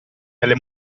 nelle